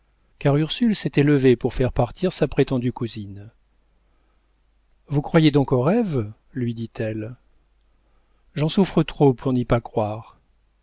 ursule s'était levée pour faire partir sa prétendue cousine vous croyez donc aux rêves lui dit-elle j'en souffre trop pour n'y pas croire